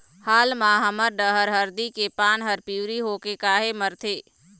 हाल मा हमर डहर हरदी के पान हर पिवरी होके काहे मरथे?